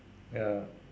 ya